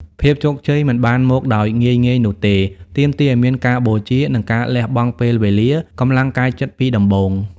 ភាពជោគជ័យមិនបានមកដោយងាយៗនោះទេ ទាមទារឲ្យមានការបូជា និងការលះបង់ពេលវេលា កម្លាំងកាយចិត្តពីដំបូង។